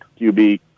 QB